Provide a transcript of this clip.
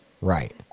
right